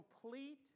complete